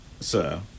sir